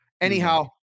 Anyhow